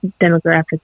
demographic